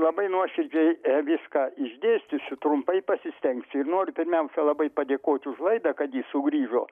labai nuoširdžiai viską išdėstysiu trumpai pasistengsiu ir noriu pirmiausia labai padėkoti už klaidą kad ji sugrįžo